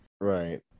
Right